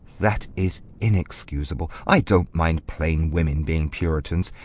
that is inexcusable. i don't mind plain women being puritans.